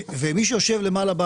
מי שיושב למעלה,